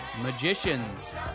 Magicians